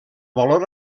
valor